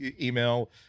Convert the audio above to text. email